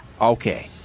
Okay